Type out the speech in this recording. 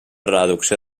reducció